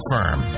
Firm